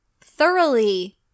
thoroughly